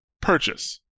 purchase